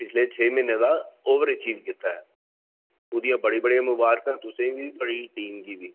पिछले छे म्हीने दा ओवर अचीव कीता ऐ उदियां बड़ी बड़ी मबारखां तुसेंगी बी थुआढ़ी टीम गी बी